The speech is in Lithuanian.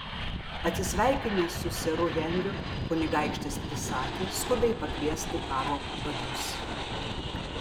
atsisveikinęs su seru henriu kunigaikštis įsakė skubiai pakviesti karo vadus